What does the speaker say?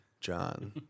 John